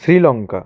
Sri Lanka